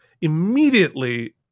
immediately